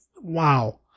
wow